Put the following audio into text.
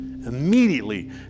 immediately